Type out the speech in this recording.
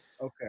okay